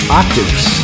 octaves